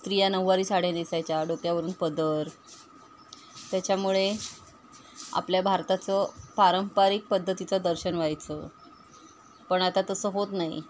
स्त्रिया नऊवारी साड्या नेसायच्या डोक्यावरून पदर त्याच्यामुळे आपल्या भारताचं पारंपरिक पद्धतीचं दर्शन व्हायचं पण आता तसं होत नाही